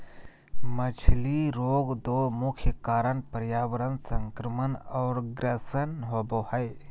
मछली रोग दो मुख्य कारण पर्यावरण संक्रमण और ग्रसन होबे हइ